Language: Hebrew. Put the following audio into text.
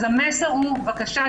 אז המסר הוא בבקשה,